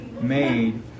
made